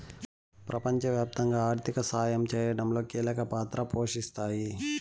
ప్రపంచవ్యాప్తంగా ఆర్థిక సాయం చేయడంలో కీలక పాత్ర పోషిస్తాయి